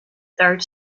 third